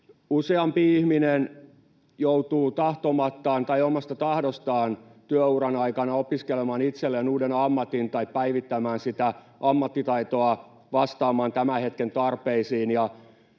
Useampi ihminen joutuu tahtomattaan tai omasta tahdostaan työuran aikana opiskelemaan itselleen uuden ammatin tai päivittämään sitä ammattitaitoa vastaamaan tämän hetken tarpeisiin.